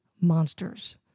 monsters